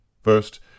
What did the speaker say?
First